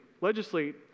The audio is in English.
legislate